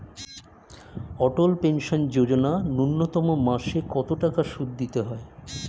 অটল pension Yojana ন্যূনতম মাসে কত টাকা সুধ দিতে হয়?